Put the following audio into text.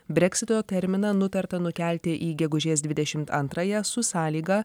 breksito terminą nutarta nukelti į gegužės dvidešimt antrąją su sąlyga